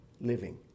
living